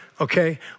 Okay